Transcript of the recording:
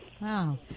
Wow